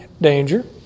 danger